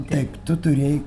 taip tu turėjai